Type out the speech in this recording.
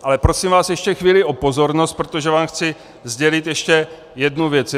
Ale prosím vás ještě chvíli o pozornost, protože vám chci sdělit ještě jednu věc.